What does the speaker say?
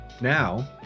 now